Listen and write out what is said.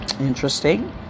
Interesting